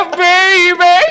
baby